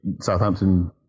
Southampton